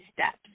steps